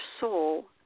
soul